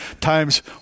times